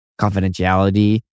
confidentiality